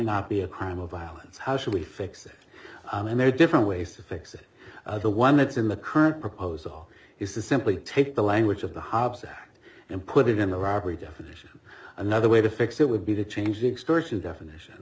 not be a crime of violence how should we fix it and there are different ways to fix it the one that's in the current proposal is to simply take the language of the and put it in the robbery definition another way to fix it would be to change the extortion definition